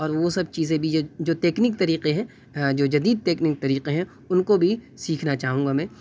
اور وہ سب چیزیں بھی جو تیکنیک طریقے ہیں جو جدید تیکنیک طریقے ہیں ان کو بھی سیکھنا چاہوں گا میں